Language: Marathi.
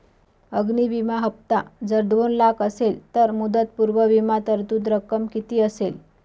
अग्नि विमा हफ्ता जर दोन लाख असेल तर मुदतपूर्व विमा तरतूद रक्कम किती असेल?